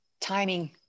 Timing